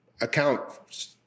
account